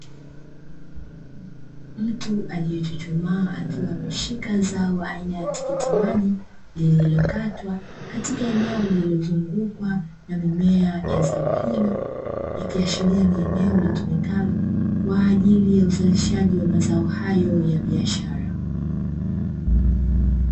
Mtu aliyechuchumaa akiwa ameshika zao la tikiti maji katika eneo liliozungukwa na mimea ya zao hilo, ikiashiria ni eneo litumikalo kwa ajili ya uzalishaji wa mazao hayo ya biashara.